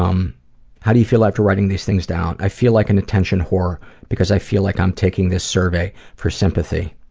um how do you feel after writing these things down? i feel like an attention whore because i feel like i'm taking this survey for sympathy.